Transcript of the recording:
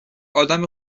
آدم